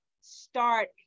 start